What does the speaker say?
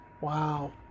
Wow